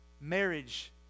marriage